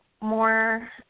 more